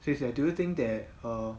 says that do you think that err